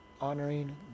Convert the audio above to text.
honoring